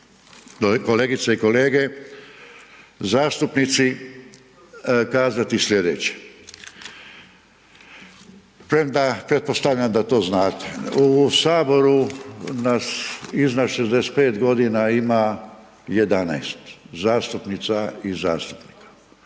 kolegice i kolege, zastupnici, kazati slijedeće, premda pretpostavljam da to znate. U saboru nas iznad 65.g. ima 11 zastupnica i zastupnika,